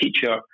teacher